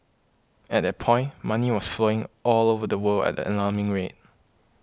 at that point money was flowing all over the world at an alarming rate